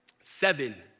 seven